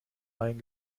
einen